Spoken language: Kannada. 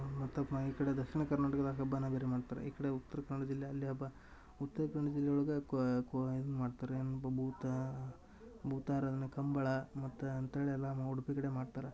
ಮತ್ತು ಪ್ಪಾ ಈ ಕಡೆ ದಕ್ಷಿಣ ಕರ್ನಾಟಕದಾಗ ಹಬ್ಬನಾ ಬೇರೆ ಮಾಡ್ತಾರೆ ಈ ಕಡೆ ಉತ್ರ್ಕನ್ನಡ ಜಿಲ್ಲೆ ಅಲ್ಲಿ ಹಬ್ಬ ಉತ್ರ್ಕನ್ನಡ ಜಿಲ್ಲೆ ಒಳಗೆ ಕೋ ಕೋ ಇದು ಮಾಡ್ತಾರೆ ಏನ್ಪ ಭೂತ ಭೂತಾರಾಧನೆ ಕಂಬಳ ಮತ್ತ ಅಂತೇಳಿ ಎಲ್ಲಾ ನಮ್ಮ ಉಡುಪಿ ಕಡೆ ಮಾಡ್ತರ